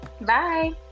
Bye